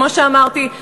כמו שאמרתי,